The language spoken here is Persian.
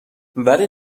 ولی